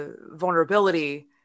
vulnerability